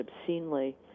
obscenely